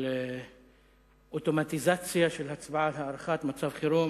של אוטומטיזציה של הצבעה על הארכת מצב חירום,